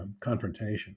confrontation